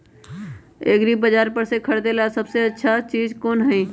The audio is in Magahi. एग्रिबाजार पर से खरीदे ला सबसे अच्छा चीज कोन हई?